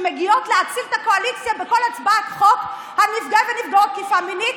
שמגיעות להציל את הקואליציה בכל הצעת חוק על נפגעי ונפגעות תקיפה מינית,